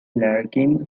larkin